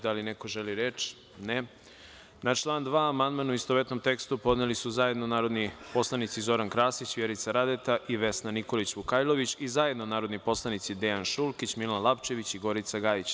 Da li neko želi reč? (Ne.) Na član 2. amandman, u istovetnom tekstu, podneli su zajedno narodni poslanici Zoran Krasić, Vjerica Radeta i Vesna Nikolić Vukajlović i zajedno narodni poslanici Dejan Šulkić, Milan Lapčević i Gorica Gajić.